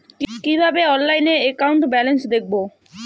কিভাবে অনলাইনে account balance দেখবো?